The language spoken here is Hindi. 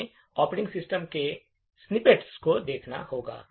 हमें ऑपरेटिंग सिस्टम के स्निपेट्स को देखना होगा